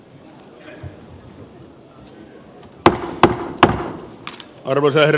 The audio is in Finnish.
arvoisa herra puhemies